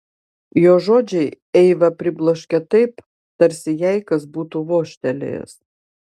jo žodžiai eivą pribloškė taip tarsi jai kas būtų vožtelėjęs